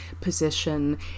position